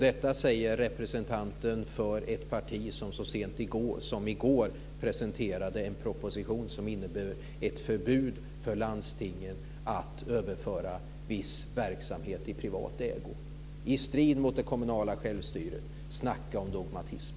Detta säger representanten för ett parti som så sent som i går presenterade en proposition som innebär ett förbud för landstingen att överföra viss verksamhet i privat ägo, i strid mot det kommunala självstyret. Snacka om dogmatism!